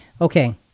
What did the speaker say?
Okay